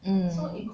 mm